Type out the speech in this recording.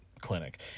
clinic